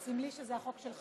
ברשותך